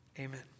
Amen